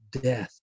death